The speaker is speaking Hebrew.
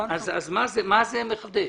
אז מה זה מחדש?